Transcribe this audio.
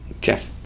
Jeff